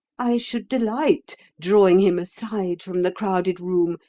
i should delight, drawing him aside from the crowded room,